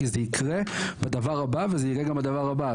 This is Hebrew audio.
כי זה יקרה בדבר הבא, וזה יהיה גם הדבר הבא.